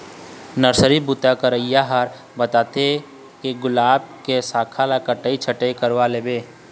nursery बूता करइया ह बताय हे गुलाब के साखा के कटई छटई करवा लेबे